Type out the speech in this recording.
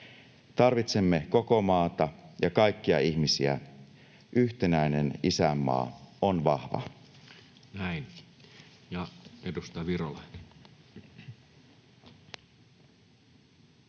Tarvitsemme koko maata ja kaikkia ihmisiä. Yhtenäinen isänmaa on vahva.